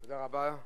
תודה רבה.